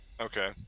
Okay